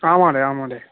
आम् महोडय आम् महोडय